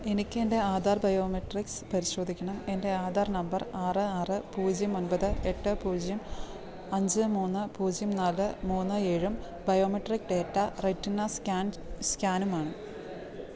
എനിക്കെൻ്റെ ആധാർ ബയോമെട്രിക്സ് പരിശോധിക്കണം എൻ്റെ ആധാർ നമ്പർ ആറ് ആറ് പൂജ്യം ഒൻപത് എട്ട് പൂജ്യം അഞ്ച് മൂന്ന് പൂജ്യം നാല് മൂന്ന് ഏഴും ബയോമെട്രിക് ഡേറ്റ റെറ്റിന സ്കാൻ സ്കാനുമാണ്